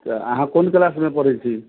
त अहाँ कोन क्लास मे पढ़ै छी